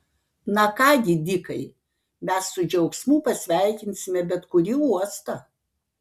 na ką gi dikai mes su džiaugsmu pasveikinsime bet kurį uostą